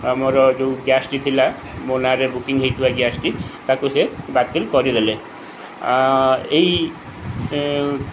ଆମର ଯେଉଁ ଗ୍ୟାସଟି ଥିଲା ମୋ ନାଁରେ ବୁକିଙ୍ଗ ହେଇଥିବା ଗ୍ୟାସଟି ତାକୁ ସେ ବାତିଲ କରିଦେଲେ ଏହି